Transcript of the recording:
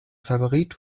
favorit